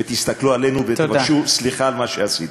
ותסתכלו עלינו ותבקשו סליחה על מה שעשיתם.